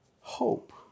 hope